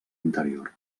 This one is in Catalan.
interior